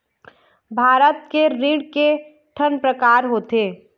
भारत के ऋण के ठन प्रकार होथे?